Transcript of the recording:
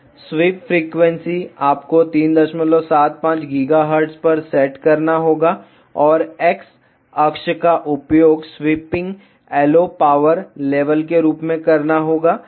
SVEEP frequency आपको 375 GHz पर set करना होगा और एक्स अक्ष का उपयोग स्वीपिंग LO पावर लेवल के रूप में करना होगा